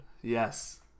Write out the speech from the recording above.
Yes